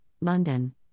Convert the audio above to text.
London